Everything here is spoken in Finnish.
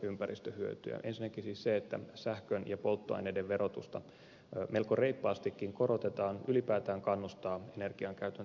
ensinnäkin siis se että sähkön ja polttoaineiden verotusta melko reippaastikin korotetaan ylipäätään kannustaa energiankäytön tehostamiseen